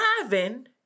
driving